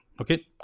okay